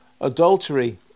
adultery